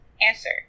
Answer